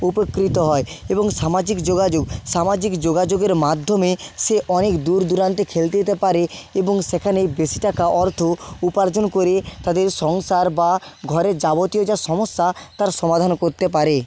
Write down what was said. উপকৃত হয় এবং সামাজিক যোগাযোগ সামাজিক যোগাযোগের মাধ্যমে সে অনেক দূর দূরান্তে খেলতে যেতে পারে এবং সেখানে বেশি টাকা অর্থ উপার্জন করে তাদের সংসার বা ঘরের যাবতীয় যা সমস্যা তার সমাধানও করতে পারে